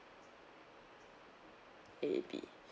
A B